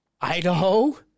Idaho